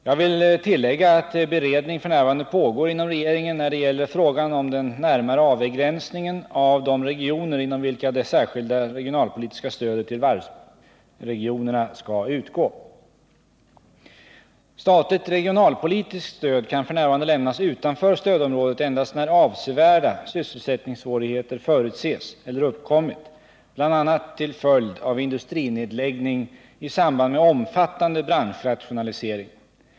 Jag vill tillägga att beredning f. n. pågår inom regeringen när det gäller frågan om den närmare avgränsningen av de regioner inom vilka det särskilda regionalpolitiska stödet till varvsregionerna skall utgå. Statligt regionalpolitiskt stöd kan f. n. lämnas utanför stödområdet endast när avsevärda sysselsättningssvårigheter förutses eller uppkommit bl.a. till följd av industrinedläggning i samband med omfattande branschrationalisering.